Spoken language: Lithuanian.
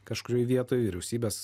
kažkurioj vietoj vyriausybės